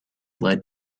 led